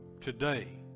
today